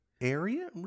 area